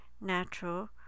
natural